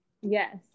Yes